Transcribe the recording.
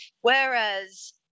whereas